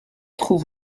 trouve